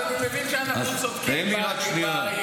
אז אני מבין שאנחנו צודקים --- תן לי רק שנייה.